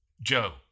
Joe